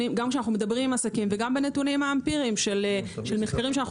כשמדברים עם עסקים וגם בנתונים האמפיריים של מחקרים שאנו